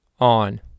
on